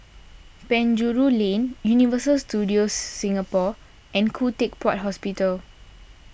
Penjuru Lane Universal Studios Singapore and Khoo Teck Puat Hospital